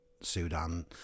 Sudan